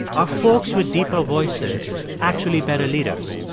are folks with deep ah voices actually better leaders?